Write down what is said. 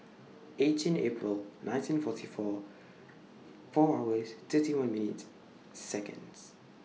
eighteen April nineteen forty four four hours thirty one minutes Seconds